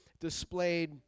displayed